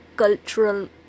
Cultural